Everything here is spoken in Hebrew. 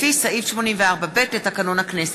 לפי סעיף 84(ב) לתקנון הכנסת.